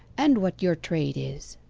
and what your trade is